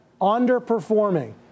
underperforming